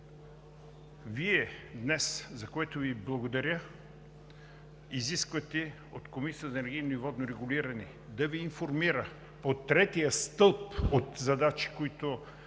Вие днес, за което Ви благодаря, изисквате от Комисията за енергийно и водно регулиране да Ви информира по третия стълб от задачи, които